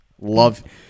Love